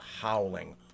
howling